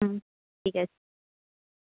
হুম ঠিক আছে